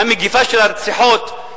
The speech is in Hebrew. ה"מגפה" של הרציחות,